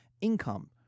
income